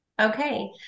Okay